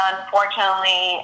Unfortunately